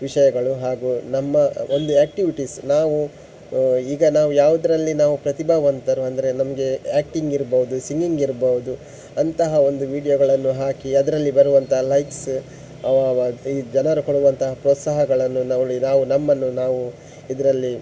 ವಿಷಯಗಳು ಹಾಗು ನಮ್ಮಒಂದು ಆಕ್ಟಿವಿಟೀಸ್ ನಾವು ಈಗ ನಾವು ಯಾವುದ್ರಲ್ಲಿ ನಾವು ಪ್ರತಿಭಾವಂತರು ಅಂದರೆ ನಮಗೆ ಆ್ಯಕ್ಟಿಂಗ್ ಇರ್ಬೋದು ಸಿಂಗಿಂಗ್ ಇರ್ಬೋದು ಅಂಥಹ ಒಂದು ವೀಡಿಯೋಗಳನ್ನು ಹಾಕಿ ಅದರಲ್ಲಿ ಬರುವಂಥ ಲೈಕ್ಸ್ ಇದು ಜನರು ಕೊಡುವಂತಹ ಪ್ರೋತ್ಸಾಹಗಳನ್ನು ನೋಡಿ ನಾವು ನಮ್ಮನ್ನು ನಾವು ಇದರಲ್ಲಿ